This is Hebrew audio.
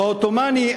או העות'מאני,